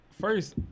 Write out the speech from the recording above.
first